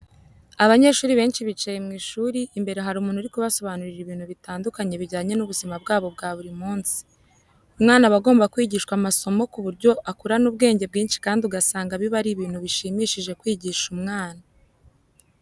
Abanyeshuri benshi bicaye mu ishuri, imbere hari umuntu uri kubasobanurira ibintu bitandukanye bijyanye n'ubuzima bwabo bwa buri munsi. Umwana aba agomba kwigishwa amasomo ku buryo akurana ubwenge bwinshi kandi usanga biba ari ibintu bishimishije kwigisha umwana.